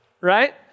right